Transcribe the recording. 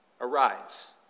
Arise